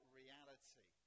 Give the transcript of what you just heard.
reality